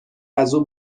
ازاو